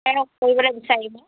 হে কৰিবলৈ বিচাৰিব